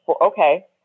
okay